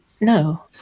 No